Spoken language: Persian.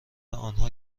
آنها